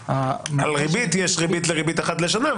--- על ריבית יש ריבית דריבית אחת לשנה,